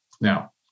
Now